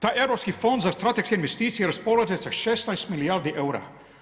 Taj europski fond za strateške investicije raspolaže sa 16 milijardi eura.